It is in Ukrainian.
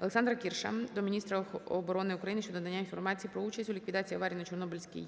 ОлександраКірша до міністра оборони України щодо надання інформації про участь у ліквідації аварії на Чорнобильській